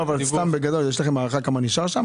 לא, אבל בגדול, יש לכם הערכה כמה נשאר שם?